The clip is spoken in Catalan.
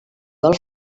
del